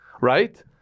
Right